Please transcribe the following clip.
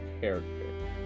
character